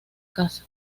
casa